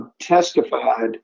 testified